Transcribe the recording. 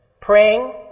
Praying